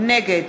נגד